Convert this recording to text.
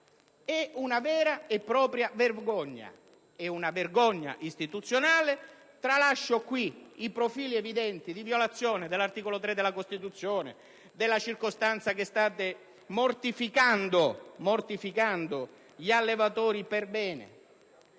È una vera e propria vergogna ed è una vergogna istituzionale. Tralascio i profili evidenti di violazione dell'articolo 3 della Costituzione e la circostanza che state mortificando gli allevatori perbene.